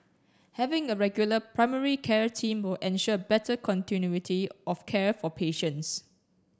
having a regular primary care team will ensure better continuity of care for patients